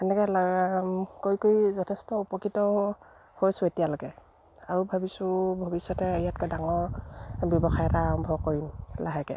সেনেকৈ কৰি কৰি যথেষ্ট উপকৃত হৈছোঁ এতিয়ালৈকে আৰু ভাবিছোঁ ভৱিষ্যতে ইয়াতকৈ ডাঙৰ ব্যৱসায় এটা আৰম্ভ কৰিম লাহেকৈ